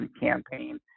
campaign